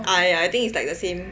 ah ya I think is like the same